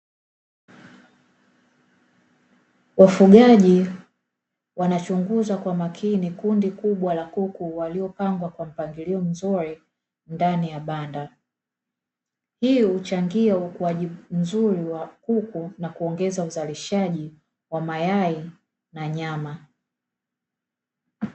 Wafugaji wanachunguza kwa makini kundi kubwa la kuku waliopangwa kwa mpangilio mzuri ndani ya banda, Hii huchangia ukuaji mzuri wa kuku na huongeza huzalishaji wa mayai na nyama.